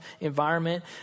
environment